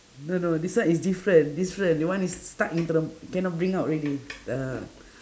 no no this one is different different that one is stuck into the cannot bring out already uh